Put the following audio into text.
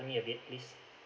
me a bit please